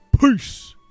Peace